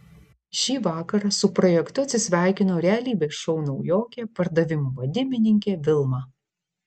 šį vakarą su projektu atsisveikino realybės šou naujokė pardavimų vadybininkė vilma